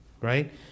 right